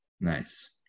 Nice